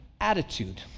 attitude